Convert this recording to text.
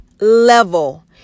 level